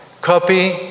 Copy